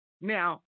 Now